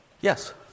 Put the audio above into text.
yes